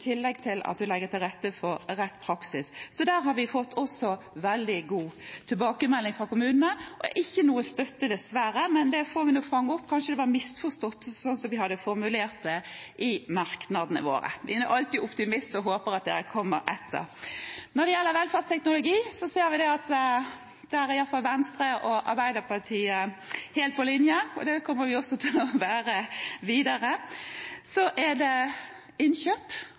tillegg til at du legger til rette for rett praksis. Så der har vi også fått veldig god tilbakemelding fra kommunene. Vi har ikke noe støtte, dessverre, men det får vi nå fange opp. Kanskje det er misforstått slik som vi har formulert det i merknadene våre. Vi er nå alltid optimister og håper at dere kommer etter! Når det gjelder velferdsteknologi, ser vi at der er iallfall Venstre og Arbeiderpartiet helt på linje, og det kommer vi også til å være videre. Så er det innkjøp.